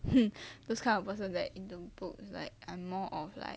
those kind of person that in the books like I'm more of like